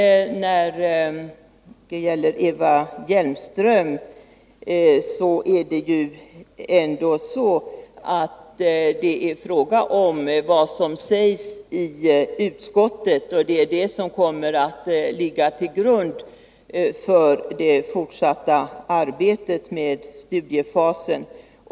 Till Eva Hjelmström vill jag säga att det är fråga om vad som sägs i utskottsbetänkandet. Det är detta som kommer att ligga till grund för det fortsatta arbetet med studiefasen.